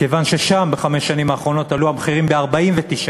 כיוון ששם עלו המחירים בחמש השנים